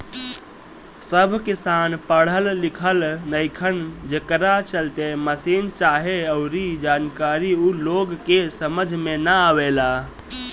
सब किसान पढ़ल लिखल नईखन, जेकरा चलते मसीन चाहे अऊरी जानकारी ऊ लोग के समझ में ना आवेला